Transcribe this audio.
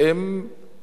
אם כן הממשלה